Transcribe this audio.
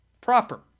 proper